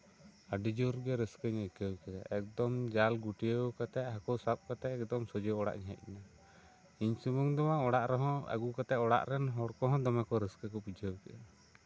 ᱟᱹᱰᱤ ᱡᱳᱨ ᱜᱮ ᱨᱟᱹᱥᱠᱟᱹᱧ ᱟᱹᱭᱠᱟᱹᱣ ᱠᱮᱫᱟ ᱮᱠᱫᱚᱢ ᱡᱟᱞ ᱜᱩᱴᱭᱟᱹᱣ ᱠᱟᱛᱮᱜ ᱦᱟᱹᱠᱩ ᱥᱟᱵ ᱠᱟᱛᱮᱜ ᱮᱠᱫᱚᱢ ᱥᱚᱡᱷᱮ ᱚᱲᱟᱜ ᱤᱧ ᱦᱮᱡ ᱱᱟ ᱤᱧ ᱥᱩᱢᱩᱝ ᱫᱚ ᱵᱟᱝ ᱚᱲᱟᱜ ᱨᱮᱦᱚᱸ ᱟᱜᱩ ᱠᱟᱛᱮᱜ ᱚᱲᱟᱜ ᱨᱮᱱ ᱦᱚᱲ ᱠᱚᱦᱚᱸ ᱫᱚᱢᱮ ᱨᱟᱹᱥᱠᱟᱹ ᱠᱚ ᱵᱩᱡᱷᱟᱹᱣ ᱠᱮᱫᱟ